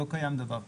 לא קיים דבר כזה.